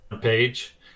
page